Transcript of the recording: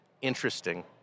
interesting